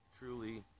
truly